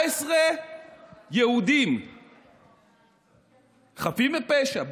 19 יהודים חפים מפשע,